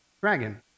Dragon